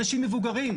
אנשים מבוגרים,